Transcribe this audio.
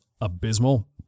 abysmal